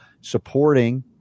supporting